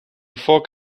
foc